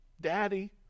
Daddy